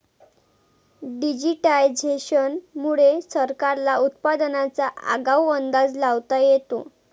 digitisation मुळे सरकारला उत्पादनाचा आगाऊ अंदाज लावता येतो